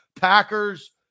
Packers